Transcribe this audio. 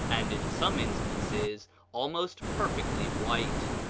and in some instances almost perfectly white.